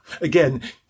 Again